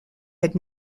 had